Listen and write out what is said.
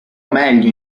meglio